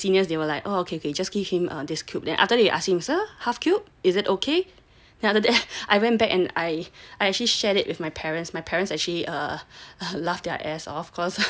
and then after that my seniors they were like oh okay okay just give him this cube then I asked him sir half cube is it ok